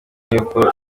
y’uko